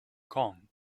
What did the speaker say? kong